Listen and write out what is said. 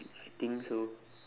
I think so